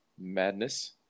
madness